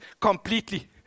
completely